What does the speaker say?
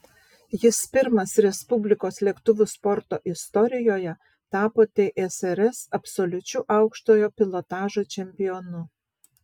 jis pirmas respublikos lėktuvų sporto istorijoje tapo tsrs absoliučiu aukštojo pilotažo čempionu